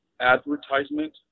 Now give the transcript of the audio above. advertisement